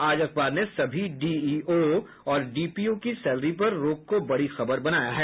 आज अखबर ने सभी डीईओ और डीपीओ की सैलरी पर रोक को बड़ी खबर बनाया है